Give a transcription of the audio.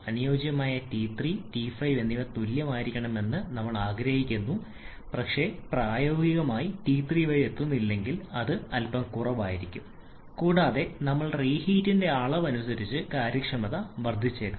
അനുയോജ്യമായത് T 3 T 5 എന്നിവ തുല്യമായിരിക്കണമെന്ന് നമ്മൾ ആഗ്രഹിക്കുന്നു പക്ഷേ പ്രായോഗികമായി ഞാൻ ടി 3 വരെ എത്തുന്നില്ലെങ്കിൽ അത് അല്പം കുറവായിരിക്കാം കൂടാതെ നമ്മൾ നൽകിയ റീഹീറ്റിന്റെ അളവ് അനുസരിച്ച് കാര്യക്ഷമത വർദ്ധിച്ചേക്കാം